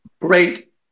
great